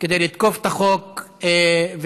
כדי לתקוף את החוק וכדומה.